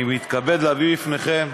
אני מתכבד להביא בפניכם,